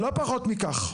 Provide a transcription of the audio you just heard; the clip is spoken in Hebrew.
לא פחות מכך.